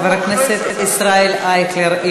חבר הכנסת ישראל אייכלר,